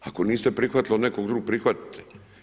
Ako niste prihvatili od nekog drugog, prihvatite.